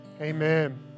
Amen